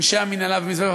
אנשי המינהלה במשרד התחבורה,